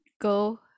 go